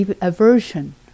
aversion